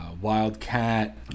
wildcat